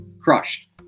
crushed